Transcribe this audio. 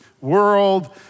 world